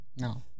No